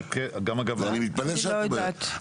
אני מתפלא שאת אומרת את זה.